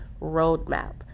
roadmap